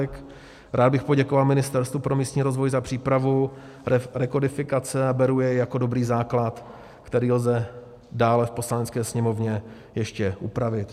Rád bych poděkoval Ministerstvu pro místní rozvoj za přípravu rekodifikace a beru ji jako dobrý základ, který lze dále v Poslanecké sněmovně ještě upravit.